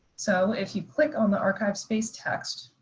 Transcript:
so if you click on the archivesspace text,